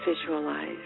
visualize